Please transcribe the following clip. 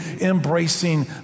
embracing